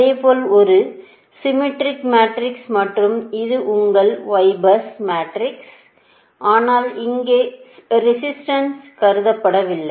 அதே போல் ஒரு சிம்மெட்ரிக் மேட்ரிக்ஸ் மற்றும் இது உங்கள் Ybus மேட்ரிக்ஸ் ஆனால் இங்கே ரெசிஸ்டன்ஸ் கருதப்படவில்லை